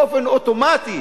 באופן אוטומטי,